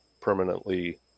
permanently